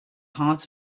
heart